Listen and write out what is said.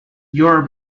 your